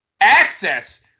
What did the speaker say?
Access